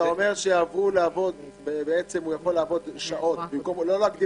אתה אומר שהוא יכול לעבוד שעות לא להגדיר